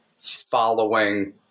following